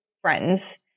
friends